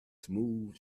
smooth